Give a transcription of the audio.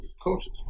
coaches